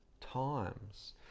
times